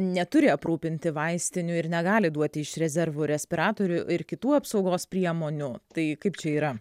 neturi aprūpinti vaistinių ir negali duoti iš rezervų respiratorių ir kitų apsaugos priemonių tai kaip čia yra